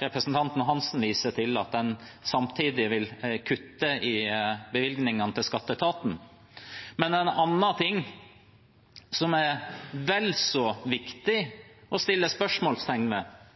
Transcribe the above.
representanten Svein Roald Hansen viste til, at en samtidig vil kutte i bevilgningene til skatteetaten. Noe annet som er vel så viktig å sette spørsmålstegn ved,